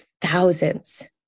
thousands